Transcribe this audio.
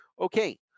Okay